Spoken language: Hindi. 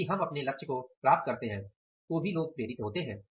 यदि हम अपने लक्ष्य को प्राप्त करते हैं तो भी लोग प्रेरित होते हैं